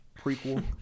prequel